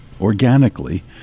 organically